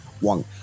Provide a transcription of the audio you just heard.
one